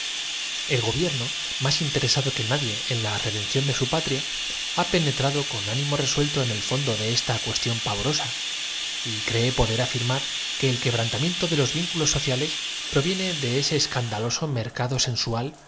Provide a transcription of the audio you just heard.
el nave que nadie en la re dención de su patria ha penetrado con ánimo resuelto gante rejuvenecerse á medida que retrograde en el en el fondo de esta cuestión pavorosa y cree tiempo poder afirmar que el quebrantamiento de los vínculos así